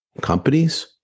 companies